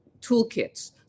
toolkits